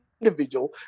individual